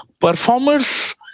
Performers